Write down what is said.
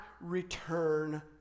return